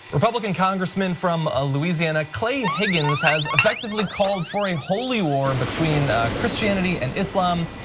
republican congressman from ah louisiana clay higgins has effectively called for a holy war between christianity and islam,